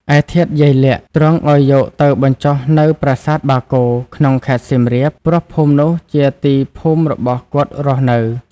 ឯធាតុយាយលាក់ ទ្រង់ឲ្យយកទៅបញ្ចុះនៅ ប្រាសាទបាគោ ក្នុងខេត្តសៀមរាប ព្រោះភូមិនោះជាទីភូមិរបស់គាត់រស់នៅ។